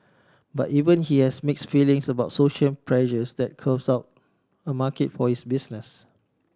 but even he has mix feelings about social pressures that carves out a market for his business